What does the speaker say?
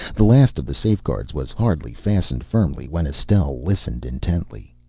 the last of the safeguards was hardly fastened firmly when estelle listened intently.